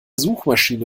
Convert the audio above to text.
suchmaschiene